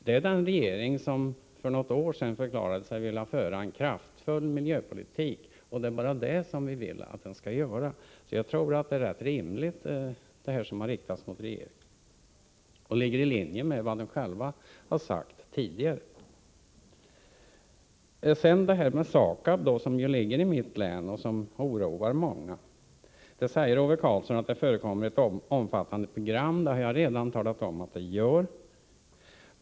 Det är den regering som för något år sedan förklarade sig vilja föra en kraftfull miljöpolitik. Det är bara det vi vill att den skall göra. Jag tror att det är ganska rimliga krav som ställs på regeringen. De ligger i linje med vad ni själva har sagt tidigare. SAKAB, som ligger i mitt län, oroar många. Ove Karlsson säger att det förekommer ett omfattande program. Det har jag redan talat om att det gör.